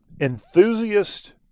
enthusiast